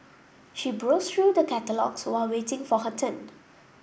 she browsed through the catalogues while waiting for her turn